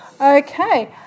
Okay